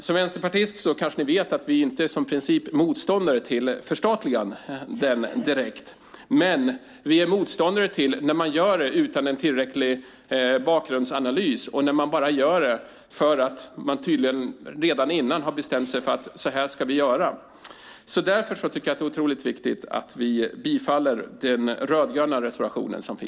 Ni kanske vet att vi vänsterpartister inte som princip är motståndare till förstatliganden, men vi är motståndare till att man gör det utan en tillräcklig bakgrundsanalys, bara för att man tydligen redan innan har bestämt sig för att så här ska vi göra. Jag tycker därför att det är otroligt viktigt att vi bifaller den rödgröna reservationen.